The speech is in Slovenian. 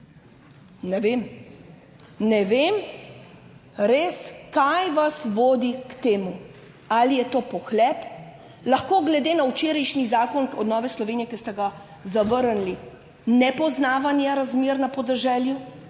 ne vem, res, kaj vas vodi k temu. Ali je to pohlep? Lahko glede na včerajšnji zakon Nove Slovenije, ki ste ga zavrnili, nepoznavanje razmer na podeželju